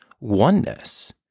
oneness